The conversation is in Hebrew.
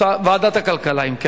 אם כן,